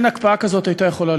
חברת הכנסת פנינה תמנו-שטה.